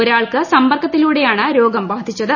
ഒരാൾക്ക്ക്സമ്പർക്കത്തിലൂടെയാണ് രോഗം ബാധിച്ചത്